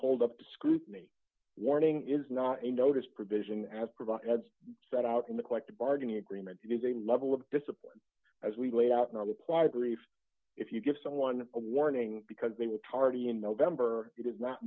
hold up to scrutiny warning is not a notice provision as provide as set out in the collective bargaining agreement using level of discipline as we lay out not apply grief if you give someone a warning because they were tardy in november